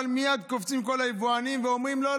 אבל מייד קופצים כל היבואנים ואומרים: לא,